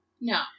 no